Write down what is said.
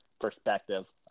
perspective